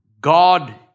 God